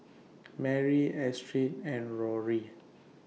Marie Astrid and Rory